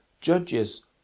judges